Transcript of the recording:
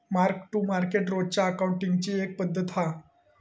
mark to market रोजच्या अकाउंटींगची एक पद्धत हा